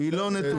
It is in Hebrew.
אני מצטערת.